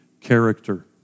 character